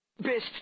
Best